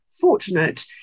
fortunate